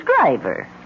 driver